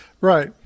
Right